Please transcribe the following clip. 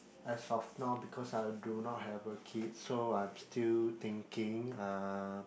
as of now because I do not have a kid so I'm still thinking uh